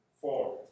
Four